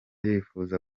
yifuza